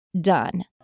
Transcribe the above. done